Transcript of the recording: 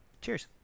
Cheers